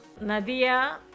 Nadia